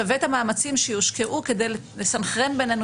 שווה את המאמצים שיושקעו כדי לסנכרן בינינו